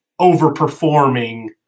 overperforming